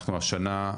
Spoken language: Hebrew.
אנחנו השנה,